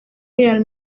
real